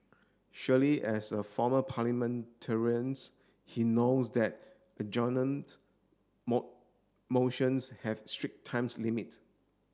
surely as a former parliamentarians he knows that adjournment motions have strict times limit